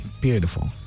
beautiful